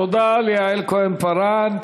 תודה ליעל כהן-פארן.